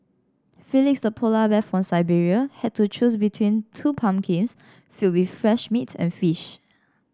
Felix the polar bear from Siberia had to choose between two pumpkins filled with fresh meat and fish